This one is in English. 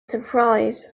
surprise